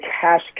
cash